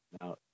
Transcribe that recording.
Now